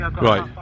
Right